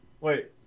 Wait